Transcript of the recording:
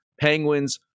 Penguins